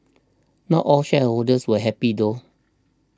not all shareholders were happy though